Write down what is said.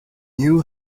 new